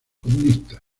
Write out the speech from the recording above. comunistas